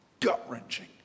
Gut-wrenching